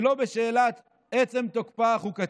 ולא בשאלת עצם תוקפה החוקתי.